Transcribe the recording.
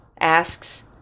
asks